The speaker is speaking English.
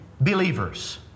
believers